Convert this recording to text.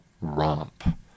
romp